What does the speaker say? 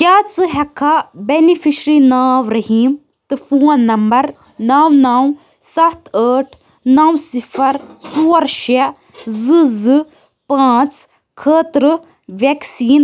کیٛاہ ژٕ ہیکھا بینِفیشرِی ناو رٔحیٖم تہٕ فون نمبر نو نو سَتھ ٲٹھ نو صِفر ژور شےٚ زٕ زٕ پانٛژھ خٲطرٕ ویکسیٖن